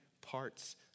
parts